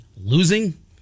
losing